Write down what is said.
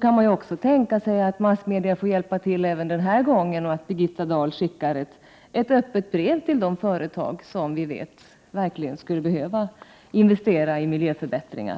kan man också tänka sig att massmedia får hjälpa till även denna gång och att Birgitta Dahl skriver ett öppet brev till de företag vi vet verkligen skulle behöva investera i miljöförbättringar.